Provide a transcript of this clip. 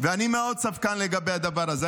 אני מאוד ספקן לגבי הדבר הזה.